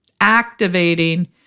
activating